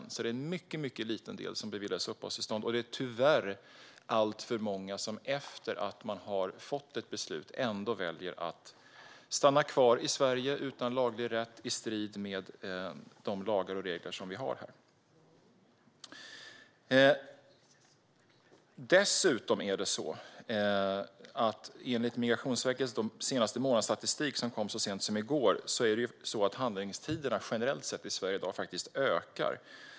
Det är alltså en mycket, mycket liten andel som beviljas uppehållstillstånd, och det är tyvärr alltför många som efter att man har fått ett beslut ändå väljer att stanna kvar i Sverige utan laglig rätt, i strid med våra lagar och regler. Enligt Migrationsverkets senaste månadsstatistik, som kom så sent som i går, ökar handläggningstiderna i Sverige generellt sett.